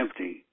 empty